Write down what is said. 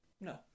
No